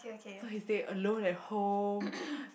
so he stay alone at home